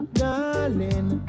darling